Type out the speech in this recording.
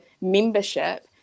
membership